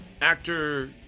actor